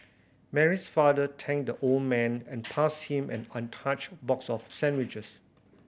Mary's father thanked the old man and passed him an untouched box of sandwiches